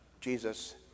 Jesus